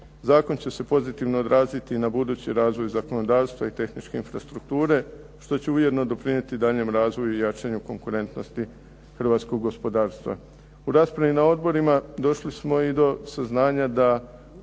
Zakon će se pozitivno odraziti i na budući razvoj zakonodavstva i tehničke infrastrukture što će ujedno doprinijeti daljnjem razvoju i jačanju konkurentnosti hrvatskog gospodarstva. U raspravi na odborima došli smo i do saznanja da